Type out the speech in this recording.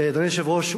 אדוני היושב-ראש,